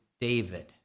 David